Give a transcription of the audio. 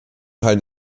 teil